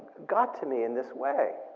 got to me in this way.